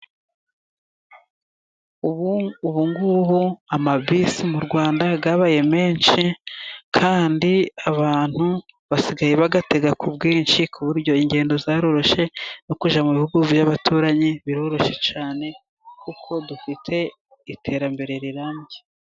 Ubungubu amabisi mu Rwanda yabaye menshi, kandi abantu basigaye bayatega ku bwinshi, ku buryo ingendo zaroroshye, no kujya mu bihugu by'abaturanyi biroroshye, kuko dufite iterambere rirambye.